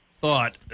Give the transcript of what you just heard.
thought